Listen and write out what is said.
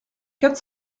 quatre